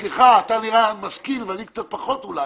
סליחה, אתה נראה משכיל, ואני קצת פחות אולי.